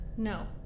No